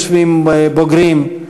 יושבים בוגרים.